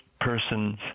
person's